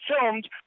filmed